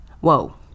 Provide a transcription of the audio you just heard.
Whoa